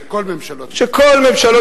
כל ממשלות